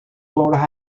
florida